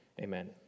Amen